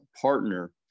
partner